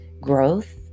growth